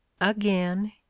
again